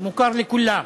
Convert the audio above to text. מוכר לכולם.